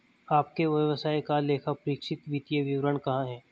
आपके व्यवसाय का लेखापरीक्षित वित्तीय विवरण कहाँ है?